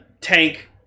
tank